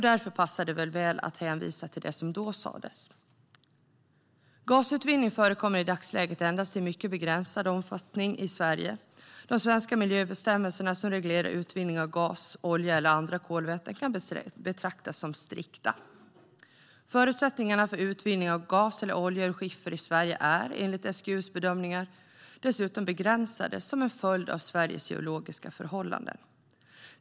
Därför passar det väl att hänvisa till det som då sas: "Gasutvinning förekommer i dagsläget endast i mycket begränsad omfattning i Sverige. De svenska miljöbestämmelser som reglerar utvinning av gas, olja eller andra kolväten kan betraktas som strikta. Förutsättningarna för utvinning av gas eller olja ur skiffer i Sverige är, enligt SGU:s bedömningar, dessutom begränsade som en följd av Sveriges geologiska förhållanden.